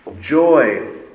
Joy